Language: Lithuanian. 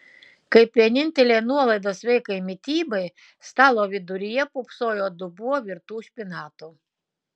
kaip vienintelė nuolaida sveikai mitybai stalo viduryje pūpsojo dubuo virtų špinatų